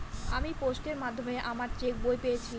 আমি পোস্টের মাধ্যমে আমার চেক বই পেয়েছি